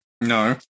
No